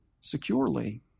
securely